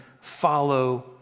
follow